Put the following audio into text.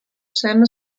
sam